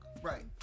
right